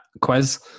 quiz